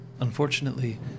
Unfortunately